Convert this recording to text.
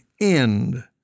end